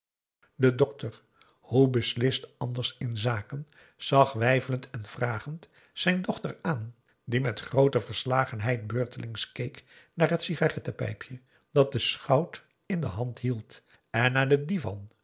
de dokter hoe beslist anders in zaken zag weifelend en vragend zijn dochter aan die met groote verslagenheid beurtelings keek naar het sigarettenpijpje dat de schout in de hand hield en naar den divan